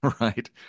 right